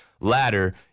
ladder